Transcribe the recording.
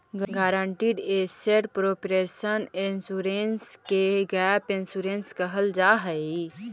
guaranteed asset protection insurance के gap insurance कहल जाऽ हई